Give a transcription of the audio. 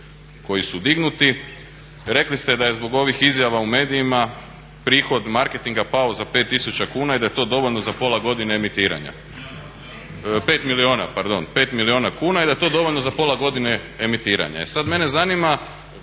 koji su dignuti. Rekli ste da je zbog ovih izjava u medijima prihod marketinga pao za 5000 kuna i da je to dovoljno za pola godine emitiranja.